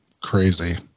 Crazy